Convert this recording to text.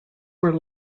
were